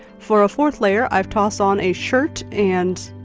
for a fourth layer, i've tossed on a shirt and